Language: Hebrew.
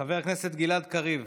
חבר הכנסת גלעד קריב,